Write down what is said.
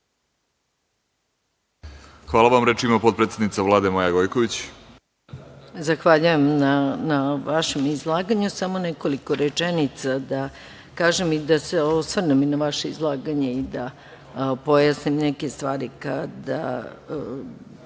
Hvala, vam. Reč ima potpredsednica Vlade Maja Gojković.